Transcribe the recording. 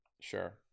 Sure